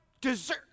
deserve